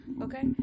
Okay